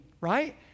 right